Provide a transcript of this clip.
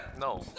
No